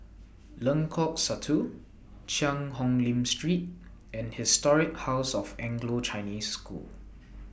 Lengkok Satu Cheang Hong Lim Street and Historic House of Anglo Chinese School